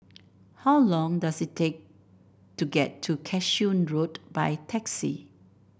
how long does it take to get to Cashew Road by taxi